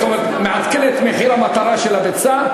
זאת אומרת מעדכנת את מחיר המטרה של הביצה,